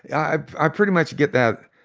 i i pretty much get that,